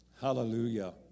Hallelujah